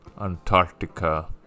Antarctica